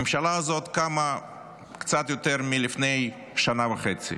הממשלה הזאת קמה קצת יותר מלפני שנה וחצי,